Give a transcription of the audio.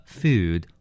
food